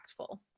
impactful